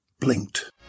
Blinked